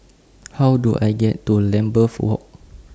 How Do I get to Lambeth Walk